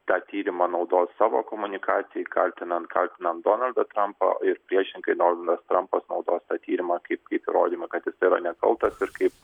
tą tyrimą naudos savo komunikacijai kaltinant kaltinant donaldą trampą ir priešingai donaldas trampas naudos tą tyrimą kaip kaip įrodymą kad jisai yra nekaltas ir kaip